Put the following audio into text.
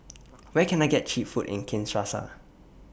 Where Can I get Cheap Food in Kinshasa